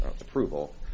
approval